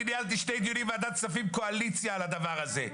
אני ניהלתי שני דיונים בוועדת הכספים קואליציה על הדבר הזה,